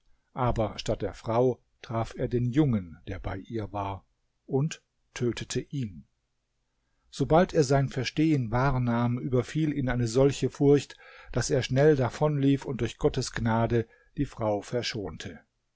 aber statt der frau traf er den jungen der bei ihr war und tötete ihn sobald er sein versehen wahrnahm überfiel ihn eine solche furcht daß er schnell davonlief und durch gottes gnade die frau verschonte